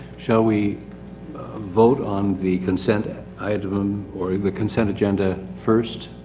shall we vote on the consent ah item, or the consent agenda first,